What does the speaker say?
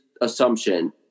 assumption